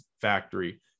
factory